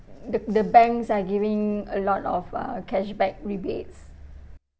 the the banks are giving a lot of uh cashback rebates